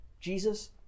Jesus